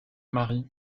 mari